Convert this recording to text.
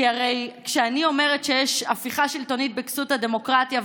כי הרי כשאני אומרת שיש הפיכה שלטונית בכסות הדמוקרטיה,